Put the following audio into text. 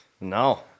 No